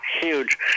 huge